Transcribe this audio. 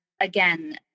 again